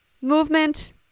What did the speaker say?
movement